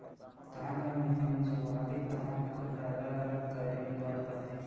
धान ल मिंजवाबे तहाँ ओखर पैरा ल अलग करे बर परथे